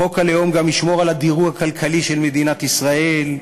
חוק הלאום גם ישמור על הדירוג הכלכלי של מדינת ישראל,